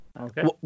okay